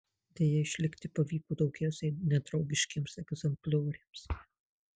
deja išlikti pavyko daugiausiai nedraugiškiems egzemplioriams